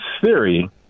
theory